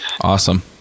Awesome